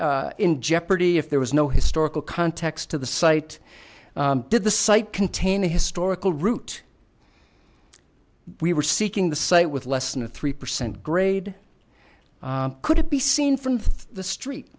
be in jeopardy if there was no historical context to the site did the site contain a historical root we were seeking the site with less than a three percent grade could it be seen from th